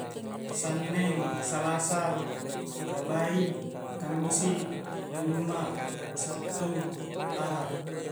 Sanneng, salasa, arabai, kammisi, juma', sattu, aha'.